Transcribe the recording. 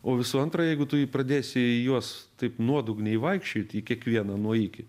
o visų antra jeigu tu į pradėsi į juos taip nuodugniai vaikščioti į kiekvieną nuo iki